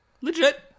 Legit